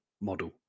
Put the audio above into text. model